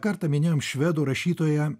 kartą minėjom švedų rašytoją